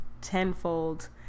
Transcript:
tenfold